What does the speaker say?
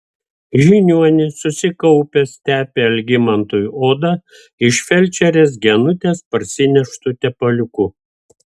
žiniuonis susikaupęs tepė algimantui odą iš felčerės genutės parsineštu tepaliuku